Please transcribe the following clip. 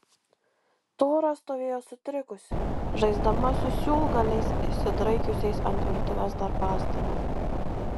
tora stovėjo sutrikusi žaisdama su siūlgaliais išsidraikiusiais ant virtuvės darbastalio